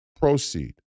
Proceed